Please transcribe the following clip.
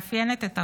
שמאפיינת את ארבל,